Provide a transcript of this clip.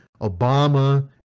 Obama